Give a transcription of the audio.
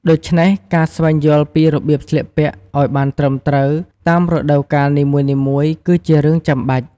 ដូច្នេះ ការស្វែងយល់ពីរបៀបស្លៀកពាក់ឲ្យបានត្រឹមត្រូវតាមរដូវកាលនីមួយៗគឺជារឿងចាំបាច់។